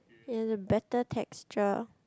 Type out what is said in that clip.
and a better texture